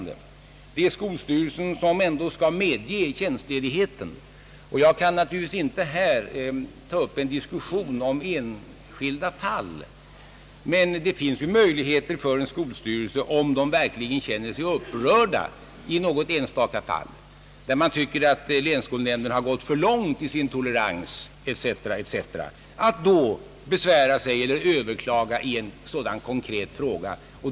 Det är ändå skolstyrelsen som skall medge tjänstledigheten. Jag kan naturligtvis inte här ta upp en diskussion om enskilda fall, men det finns ju möjligheter för en skolstyrelse, om den verkligen känner sig upprörd i något enstaka fall, där man tycker att länsskolnämnden gått för långt i sin tolerans etc., att besvära sig eller överklaga i ett sådant konkret ärende.